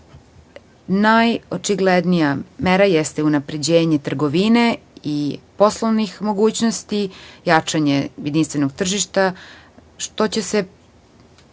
Najočiglednija mera jeste unapređenje trgovine i poslovnih mogućnosti i jačanje jedinstvenog tržišta, što će se